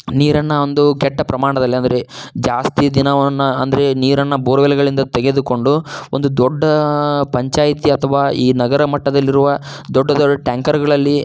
ನೀರನ್ನು ಒಂದು ಕೆಟ್ಟ ಪ್ರಮಾಣದಲ್ಲಿ ಅಂದರೆ ಜಾಸ್ತಿ ದಿನವನ್ನು ಅಂದರೆ ನೀರನ್ನು ಬೋರ್ವೆಲ್ಗಳಿಂದ ತೆಗೆದುಕೊಂಡು ಒಂದು ದೊಡ್ಡ ಪಂಚಾಯಿತಿ ಅಥವಾ ಈ ನಗರ ಮಟ್ಟದಲ್ಲಿರುವ ದೊಡ್ಡ ದೊಡ್ಡ ಟ್ಯಾಂಕರ್ಗಳಲ್ಲಿ